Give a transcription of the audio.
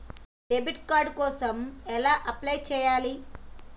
Debit card కోసం ఎలా apply చేయాలి?